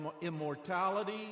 immortality